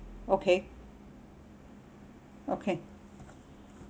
okay okay